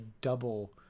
double